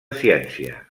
ciència